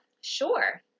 Sure